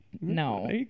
No